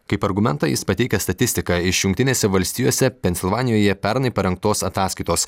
kaip argumentą jis pateikia statistiką iš jungtinėse valstijose pensilvanijoje pernai parengtos ataskaitos